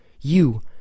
You